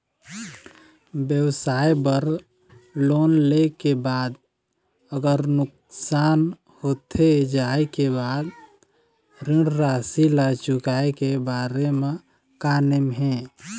व्यवसाय बर लोन ले के बाद अगर नुकसान होथे जाय के बाद ऋण राशि ला चुकाए के बारे म का नेम हे?